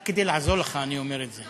רק כדי לעזור לך אני אומר את זה,